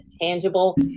tangible